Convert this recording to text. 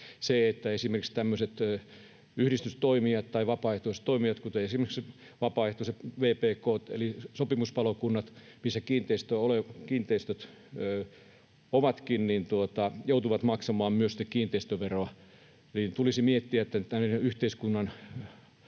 myös tämmöiset yhdistystoimijat tai vapaaehtoistoimijat, kuten esimerkiksi vpk:t eli sopimuspalokunnat, missä kiinteistöt sitten ovatkin, joutuvat maksamaan kiinteistöveroa. Tulisi miettiä sitä, että